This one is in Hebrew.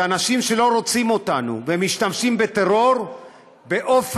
זה אנשים שלא רוצים אותנו ומשתמשים בטרור באופן,